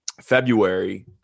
February